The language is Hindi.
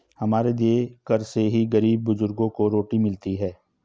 हमारे दिए कर से ही गरीब बुजुर्गों को रोटी मिलती है